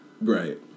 Right